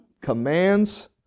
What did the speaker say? commands